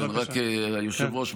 היושב-ראש,